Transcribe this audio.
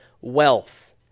wealth